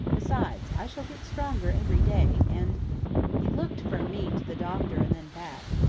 besides, i shall get stronger every day, and he looked from me to the doctor and then back,